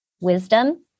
wisdom